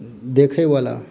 देखयवला